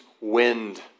wind